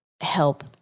help